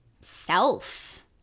self